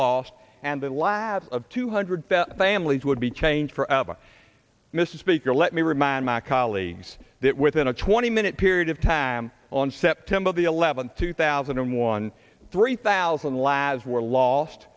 lost and the last two hundred families would be changed forever mr speaker let me remind my colleagues that within a twenty minute period of time on september the eleventh two thousand and one three thousand labs were lost